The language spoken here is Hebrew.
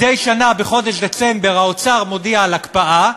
מדי שנה בחודש דצמבר האוצר מודיע על הקפאה,